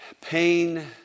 pain